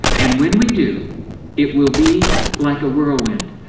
and when we do it will be like a whirlwind.